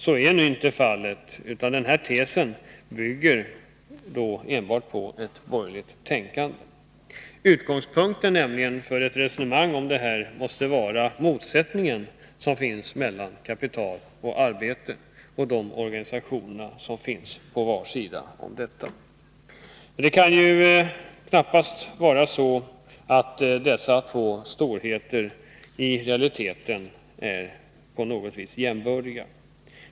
Så är inte fallet, utan denna tes bygger enbart på ett borgerligt tänkande. Utgångspunkten för ett resonemang om detta måste vara den motsättning som finns mellan kapital och arbete. Det kan knappast vara så att dessa två storheter i realiteten är på något vis jämbördiga.